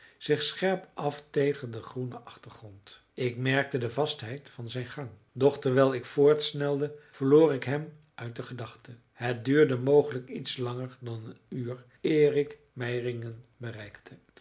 zich scherp af tegen den groenen achtergrond ik merkte de vastheid van zijn gang doch terwijl ik voortsnelde verloor ik hem uit de gedachte het duurde mogelijk iets langer dan een uur eer ik meiringen bereikte